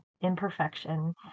imperfection